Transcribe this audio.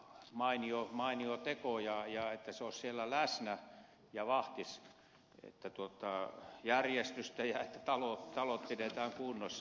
se olisi mainio teko että talonmies olisi siellä läsnä ja vahtisi järjestystä ja sitä että talot pidetään kunnossa